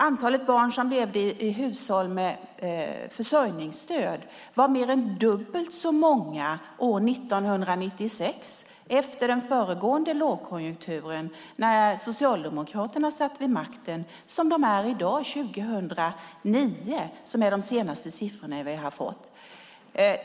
Antalet barn som levde i hushåll med försörjningsstöd var mer än dubbelt så stort 1996, efter den föregående lågkonjunkturen, när Socialdemokraterna satt vid makten, som det var 2009, som är det år vi senast har fått siffror för.